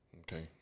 Okay